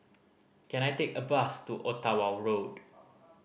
can I take a bus to Ottawa Road